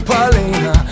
Paulina